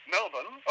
Melbourne